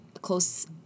close